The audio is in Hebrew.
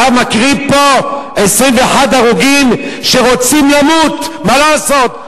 אתה מקריב פה 21 הרוגים שרוצים למות, מה לעשות?